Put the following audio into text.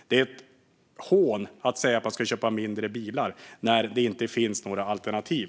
Det är ett hån att säga att man ska köpa mindre bilar när det inte finns några alternativ.